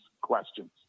questions